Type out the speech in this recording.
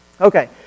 Okay